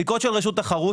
בדיקות של רשות תחרות,